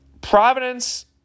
Providence